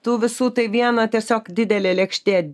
tų visų tai viena tiesiog didelė lėkštė